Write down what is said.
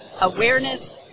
awareness